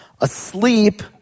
asleep